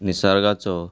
निसर्गाचो